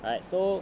right so